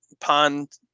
pond